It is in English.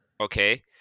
Okay